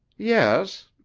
yes.